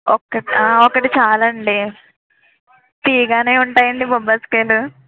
ఒకటి ఆ ఒకటి చాలండి తియ్యగానే ఉంటాయాండి బొప్పాయి కాయలు